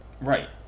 right